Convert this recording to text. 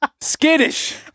Skittish